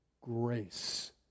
grace